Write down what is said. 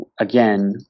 again